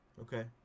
okay